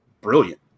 brilliant